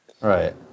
right